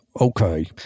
Okay